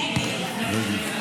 דבי ביטון,